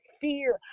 fear